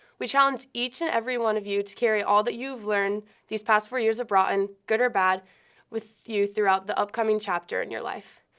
we challenge each and every one of you to carry all that you've learned these past four years at broughton good or bad with you throughout the upcoming chapter in your life.